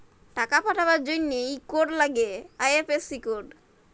টাকা পাঠাবার জনহে ইক কোড লাগ্যে আই.এফ.সি কোড